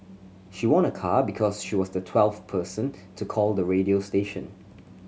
she won a car because she was the twelfth person to call the radio station